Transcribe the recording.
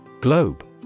Globe